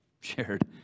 shared